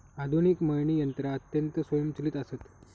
आधुनिक मळणी यंत्रा अत्यंत स्वयंचलित आसत